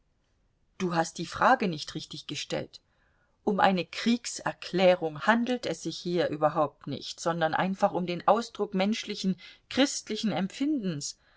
du hast die frage nicht richtig gestellt um eine kriegserklärung handelt es sich hier überhaupt nicht sondern einfach um den ausdruck menschlichen christlichen empfindens